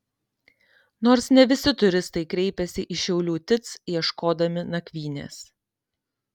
nors ne visi turistai kreipiasi į šiaulių tic ieškodami nakvynės